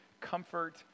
comfort